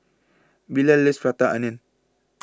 Bilal loves Prata Onion